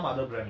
orh I